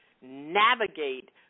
navigate